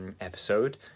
episode